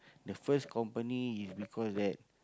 the first company is because that